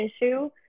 issue